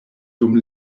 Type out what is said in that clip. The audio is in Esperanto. dum